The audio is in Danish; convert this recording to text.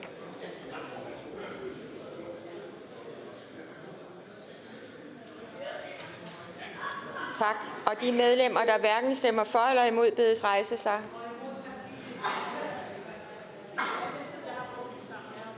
Tak. Og de medlemmer, der hverken stemmer for eller imod, bedes rejse sig.